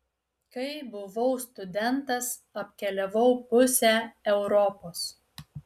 kai buvau studentas apkeliavau pusę europos